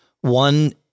One